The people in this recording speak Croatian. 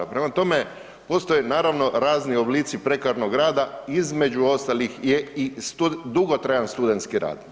Prema tome, postoje naravno razni oblici prekarnog rada između ostalih je i dugotrajan studentski rad.